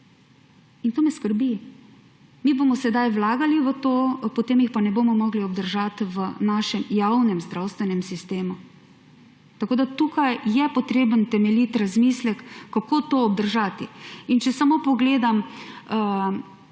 in to me skrbi. Mi bomo sedaj vlagali v to, potem jih pa ne bomo mogli obdržati v našem javnem zdravstvenem sistemu. Tukaj je potreben temeljit razmislek, kako to obdržati. In če samo pogledam